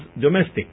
domestic